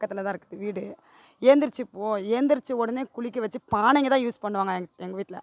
பக்கத்தில் தான் இருக்குது வீடு எந்திரிச்சி எந்திரிச்ச உடனே குளிக்க வச்சு பானைங்கதான் யூஸ் பண்ணுவாங்க எங்க எங்கள் வீட்டில்